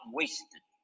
wasted